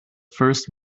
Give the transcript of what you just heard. first